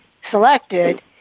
selected